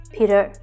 Peter，